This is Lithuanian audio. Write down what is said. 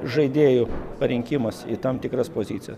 žaidėjų parinkimas į tam tikras pozicija